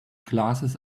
glasses